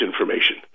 information